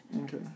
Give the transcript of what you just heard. Okay